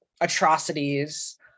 atrocities